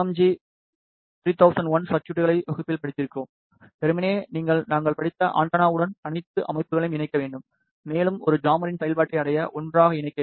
G 3001 சர்குய்ட்களைப் வகுப்பில் படித்திருக்கிறோம் வெறுமனே நீங்கள் நாங்கள் படித்த ஆண்டெனாவுடன் அனைத்து அமைப்புகளையும் இணைக்க வேண்டும் மேலும் ஒரு ஜாமரின் செயல்பாட்டை அடைய ஒன்றாக இணைக்க வேண்டும்